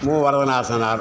மு Varadhanasanar